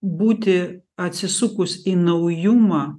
būti atsisukus į naujumą